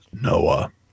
Noah